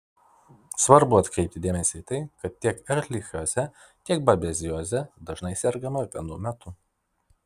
svarbu atkreipti dėmesį į tai kad tiek erlichioze tiek babezioze dažnai sergama vienu metu